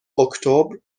اکتبر